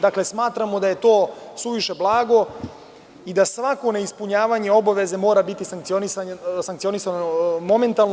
Dakle, smatramo da je to suviše blago i da svako neispunjavanje obaveze mora biti sankcionisano momentalno.